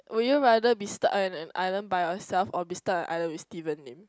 would you rather be stuck in an island by yourself or be stuck in an island with Steven Lim